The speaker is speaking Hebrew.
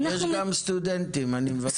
יש גם סטודנטים, אני מבקש.